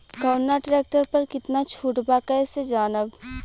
कवना ट्रेक्टर पर कितना छूट बा कैसे जानब?